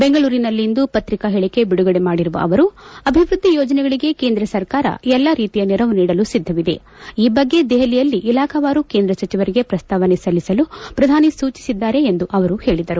ಬೆಂಗಳೂರಿನಲ್ಲಿಂದು ಪ್ರತಿಕಾ ಹೇಳಿಕೆ ಬಿಡುಗಡೆ ಮಾಡಿರುವ ಅವರು ಅಭಿವೃದ್ಧಿ ಯೋಜನೆಗಳಿಗೆ ಕೇಂದ್ರ ಸರ್ಕಾರ ಎಲ್ಲ ರೀತಿಯ ನೆರವು ನೀಡಲು ಸಿದ್ಧವಿದೆ ಈ ಬಗ್ಗೆ ದೆಹಲಿಯಲ್ಲಿ ಇಲಾಖಾವಾರು ಕೇಂದ್ರ ಸಚಿವರಿಗೆ ಪ್ರಸ್ತಾವನೆ ಸಲ್ಲಿಸಲು ಪ್ರಧಾನಿ ಸೂಚಿಸಿದ್ದಾರೆ ಎಂದು ಅವರು ಹೇಳಿದರು